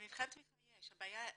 במבחני תמיכה יש, הבעיה היא